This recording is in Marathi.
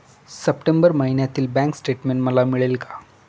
सप्टेंबर महिन्यातील बँक स्टेटमेन्ट मला मिळेल का?